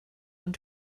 ond